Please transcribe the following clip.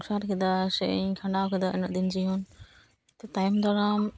ᱥᱚᱝᱥᱟᱨ ᱠᱮᱫᱟ ᱥᱮ ᱤᱧ ᱠᱷᱟᱸᱰᱟᱣ ᱠᱮᱫᱟ ᱤᱱᱟᱹᱜ ᱫᱤᱱ ᱡᱤᱭᱚᱱ ᱛᱟᱭᱚᱢ ᱫᱟᱨᱟᱢ